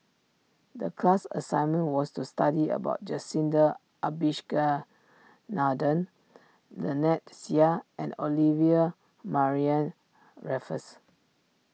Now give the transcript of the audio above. the class assignment was to study about Jacintha Abisheganaden Lynnette Seah and Olivia Mariamne Raffles